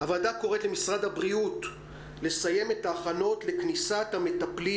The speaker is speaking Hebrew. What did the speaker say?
הוועדה קוראת למשרד הבריאות לסיים את ההכנות לכניסת המטפלים